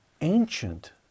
ancient